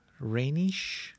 rainish